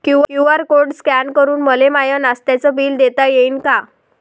QR code scan करून मले माय नास्त्याच बिल देता येईन का?